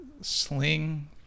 sling